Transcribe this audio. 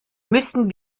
müssen